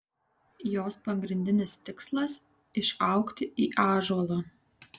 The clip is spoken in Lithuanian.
jos pagrindinis tikslas išaugti į ąžuolą